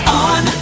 on